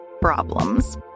problems